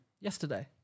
Yesterday